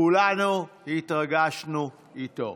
כולנו התרגשנו איתו.